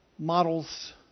Models